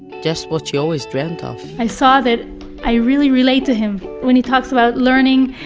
just what she always dreamt of i saw that i really relate to him. when he talks about learning,